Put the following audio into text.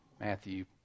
Matthew